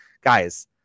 Guys